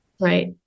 Right